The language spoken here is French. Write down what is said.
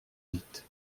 vite